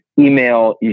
email